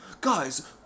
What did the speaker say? guys